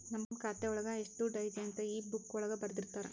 ನಮ್ ಖಾತೆ ಒಳಗ ಎಷ್ಟ್ ದುಡ್ಡು ಐತಿ ಅಂತ ಈ ಬುಕ್ಕಾ ಒಳಗ ಬರ್ದಿರ್ತರ